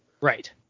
Right